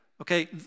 okay